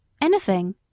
Anything